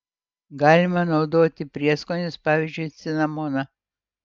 galima naudoti prieskonius pavyzdžiui cinamoną